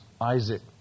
Isaac